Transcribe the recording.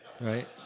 right